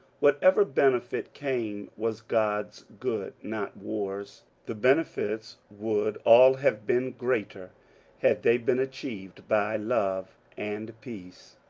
whatever benefit came was god's good, not war's. the benefits would all have been greater had they been achieved by love and peace.